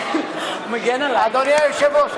אדוני היושב-ראש,